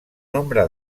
nombre